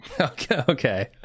okay